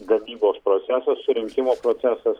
gamybos procesas surinkimo procesas